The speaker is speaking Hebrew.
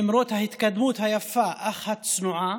למרות ההתקדמות היפה אך הצנועה,